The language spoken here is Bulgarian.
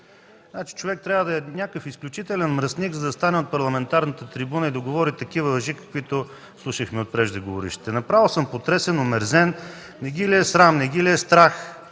лъжи. Човек трябва да е някакъв изключителен мръсник, за да застане на парламентарната трибуна и да говори такива лъжи, каквито слушахме от преждеговорившите. Направо съм потресен, омерзен! Не ги ли е срам, не ги ли е страх